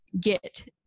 get